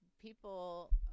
people